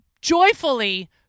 joyfully